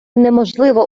неможливо